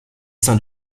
sein